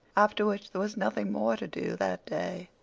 after which there was nothing more to do that day.